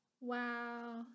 Wow